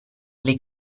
lei